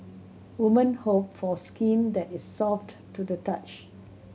women hope for skin that is soft to the touch